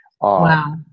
Wow